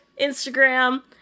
Instagram